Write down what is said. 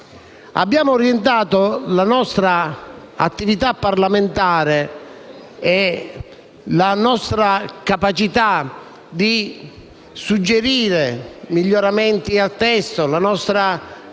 Abbiamo orientato la nostra attività parlamentare, la nostra capacità di suggerire miglioramenti al testo e la nostra